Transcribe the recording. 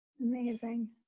Amazing